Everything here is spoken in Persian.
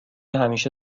همیشه